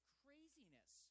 craziness